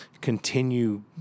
continue